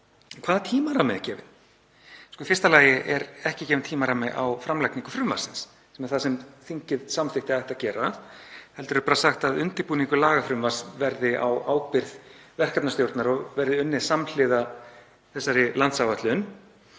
hvaða tímarammi er gefinn? Í fyrsta lagi er ekki gefinn tímarammi á framlagningu frumvarpsins, sem er það sem þingið samþykkti að ætti að gera, heldur er bara sagt að undirbúningur lagafrumvarps verði á ábyrgð verkefnisstjórnar og verði unninn samhliða þessari landsáætlun.